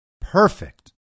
perfect